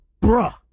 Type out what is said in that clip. bruh